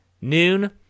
noon